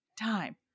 time